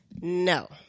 No